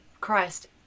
Christ